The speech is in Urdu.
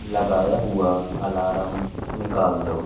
لگایا ہوا الارم نکال دو